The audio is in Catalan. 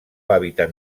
hàbitat